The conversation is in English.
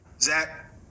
Zach